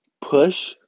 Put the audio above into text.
push